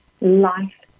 life